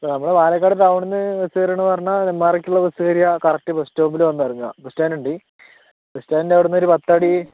നമ്മുടെ പാലക്കാട് ടൗണിൽനിന്ന് ബസ്സ് കയറുവാണെന്നു പറഞ്ഞാൽ നെന്മാറക്കുള്ള ബസ്സ് കയറിയാൽ കറക്റ്റ് ബസ്സ് സ്റ്റോപ്പിൽ വന്നിറങ്ങാം ബസ്സ് സ്റ്റാന്റുണ്ട് ബസ്സ് സ്റ്റാന്റിൻ്റെ അവിടെനിന്ന് ഒരു പത്തടി